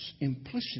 implicitly